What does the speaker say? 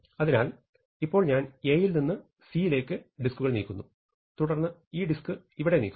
അതിനാൽ ഇപ്പോൾ ഞാൻ A യിൽ നിന്ന് C യിലേക്ക് ഡിസ്കുകൾ നീക്കുന്നു തുടർന്ന് ഈ ഡിസ്ക് ഇവിടെ നീക്കുന്നു